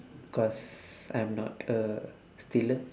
cause I'm not a stealer